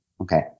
okay